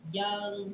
young